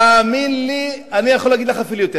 אני הרי לא פוגע בך,